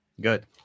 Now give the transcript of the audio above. Good